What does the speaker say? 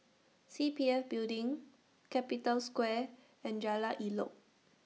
C P F Building Capital Square and Jalan Elok